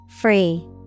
Free